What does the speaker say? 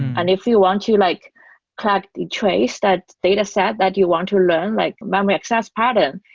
and if you want to like plug the trace, that dataset that you want to learn, like memory access pattern,